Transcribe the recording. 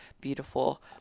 beautiful